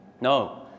No